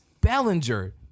Bellinger